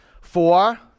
Four